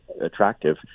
attractive